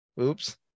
oops